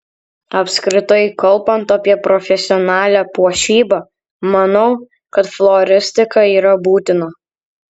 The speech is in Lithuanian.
apskritai kalbant apie profesionalią puošybą manau kad floristika yra būtina